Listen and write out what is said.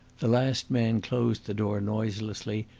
the last man closed the door noiselessly,